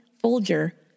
Folger